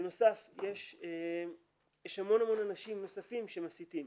בנוסף יש המון אנשים נוספים שמסיתים.